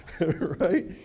Right